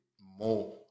more